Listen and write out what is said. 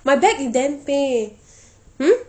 my back is damn pain hmm